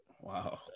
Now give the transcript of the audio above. Wow